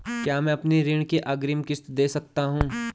क्या मैं अपनी ऋण की अग्रिम किश्त दें सकता हूँ?